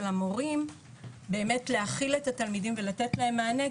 המורים באמת להכיל את התלמידים ולתת להם מענה,